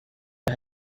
der